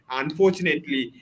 unfortunately